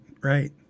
right